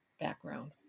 background